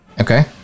Okay